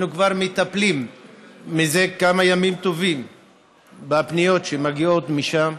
שאנחנו כבר מטפלים כמה ימים טובים בפניות שמגיעות משם.